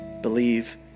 believe